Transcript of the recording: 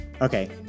Okay